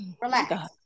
Relax